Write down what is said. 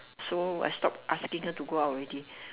so I stop asking her to go out already